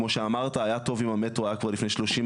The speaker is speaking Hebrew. כמו שאמרת היה טוב אם המטרו היה כבר לפני 30,